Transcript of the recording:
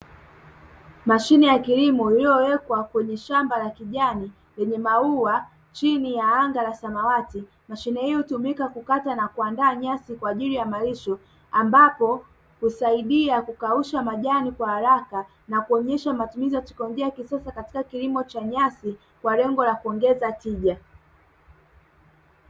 Mashine ya kilimo iliyo wekwa kwenye shamba la kijani kwenye maua chini ya anga wa sumawati. Mashine hiyo hutumika kukata na kuandaa nyasi kwa ajili ya malisho, ambapo husaidia kukausha majani kwa haraka na kuonyesha matumizi ya teknolojia ya kisasa katika kilimo cha nyasi kwa lengo la kuongeza tija.